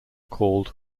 called